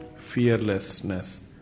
fearlessness